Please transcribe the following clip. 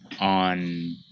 on